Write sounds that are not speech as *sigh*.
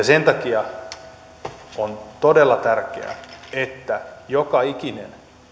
*unintelligible* sen takia on todella tärkeää että joka ikinen